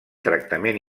tractament